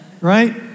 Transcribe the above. right